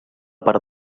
part